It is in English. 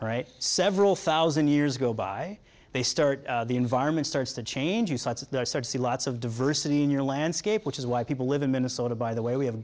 right several thousand years ago by they start the environment starts to change you start to start to see lots of diversity in your landscape which is why people live in minnesota by the way we have